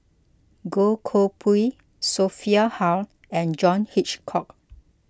Goh Koh Pui Sophia Hull and John Hitchcock